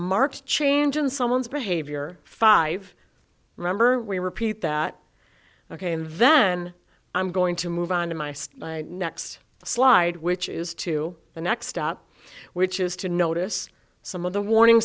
marked change in someone's behavior five remember we repeat that ok and then i'm going to move on to my state next slide which is to the next step which is to notice some of the warning